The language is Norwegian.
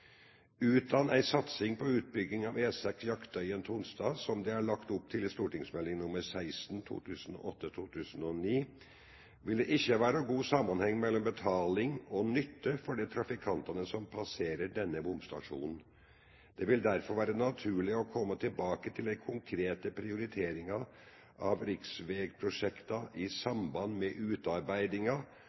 Utan ei satsing på utbygging av E6 Jaktøyen – Tonstad som det er lagt opp til i St.meld. nr. 16 Nasjonal transportplan 2010–2019, vil det ikkje vere god samanheng mellom betaling og nytte for dei trafikantane som passerer denne bomstasjonen. Det vil derfor vere naturleg å kome tilbake til dei konkrete prioriteringane av riksvegprosjekta i samband med utarbeidinga